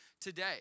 today